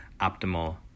optimal